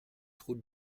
route